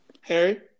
Harry